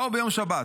באו ביום שבת,